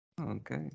Okay